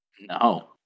No